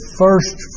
first